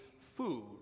food